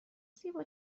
زیبا